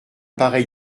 pareil